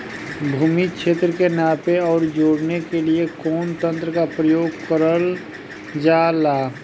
भूमि क्षेत्र के नापे आउर जोड़ने के लिए कवन तंत्र का प्रयोग करल जा ला?